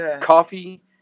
coffee